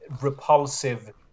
repulsive